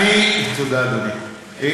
תודה, אדוני.